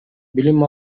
билим